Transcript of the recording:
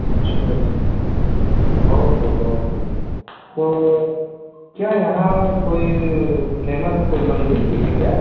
اچھا اچھا اچھا بہت خوب بہت خوب تو کیا یہاں کوئی فیمس کوئی مندر بھی ہے کیا